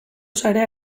sarea